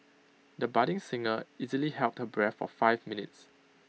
the budding singer easily held her breath for five minutes